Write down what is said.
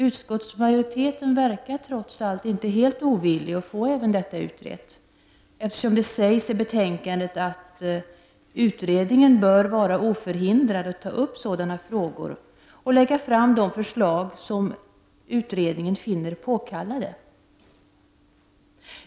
Utskottsmajoriteten verkar trots allt inte helt ovillig att få även detta utrett, eftersom det sägs i betänkandet att ”utredningen bör vara oförhindrad att ta upp sådana frågor och lägga fram de förslag som utredningen finner påkallade”.